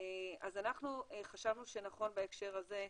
אז אנחנו חשבנו שנכון בהקשר הזה,